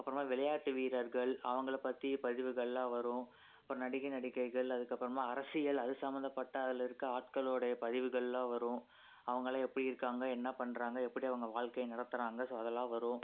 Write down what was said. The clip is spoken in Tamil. அப்புறமா விளையாட்டு வீரர்கள் அவங்கள பற்றி பதிவுகளெலான் வரும் அப்புறம் நடிக நடிகைகள் அதுக்கப்புறமா அரசியல் அது சம்மந்தப்பட்ட அதில் இருக்கற ஆட்களோடைய பதிவுகளெலான் வரும் அவங்களா எப்படி இருக்காங்க என்ன பண்ணுறாங்க எப்படி அவங்க வாழ்க்கையை நடத்துகிறாங்க ஸோ அதெல்லாம் வரும்